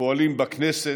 פועלים בכנסת,